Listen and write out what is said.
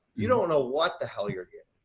you don't know what the hell you're here,